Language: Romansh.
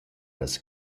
las